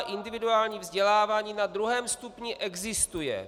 Individuální vzdělávání na druhém stupni existuje.